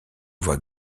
voit